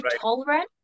tolerant